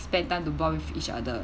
spend time to bond with each other